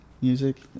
Music